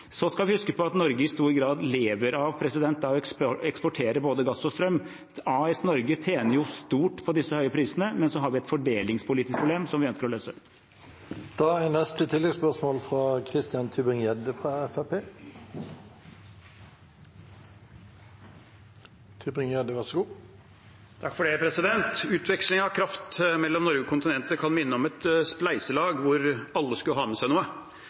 skal huske på at Norge i stor grad lever av å eksportere både gass og strøm. AS Norge tjener stort på disse høye prisene, men så har vi et fordelingspolitisk problem som det gjenstår å løse. Christian Tybring-Gjedde – til oppfølgingsspørsmål. Utveksling av kraft mellom Norge og kontinentet kan minne om et spleiselag der alle skulle ha med seg noe,